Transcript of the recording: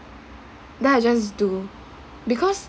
then I just do because